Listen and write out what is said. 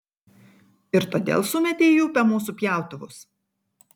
ir todėl sumėtei į upę mūsų pjautuvus